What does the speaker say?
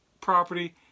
property